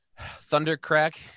thundercrack